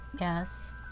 Yes